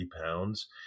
pounds